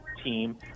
team